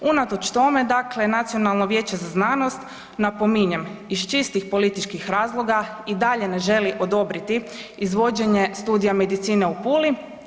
Unatoč tome dakle Nacionalno vijeće za znanost napominjem iz čistih političkih razloga i dalje ne želi dozvoliti izvođenje studija medicine u Puli.